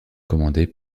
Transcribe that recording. commandée